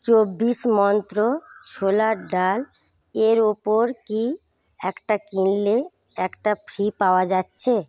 চব্বিশ মন্ত্র ছোলার ডালের ওপর কি একটা কিনলে একটা ফ্রি পাওয়া যাচ্ছে